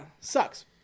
sucks